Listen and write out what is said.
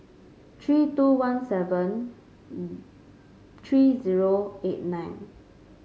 three two one seven three zero eight nine